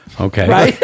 Okay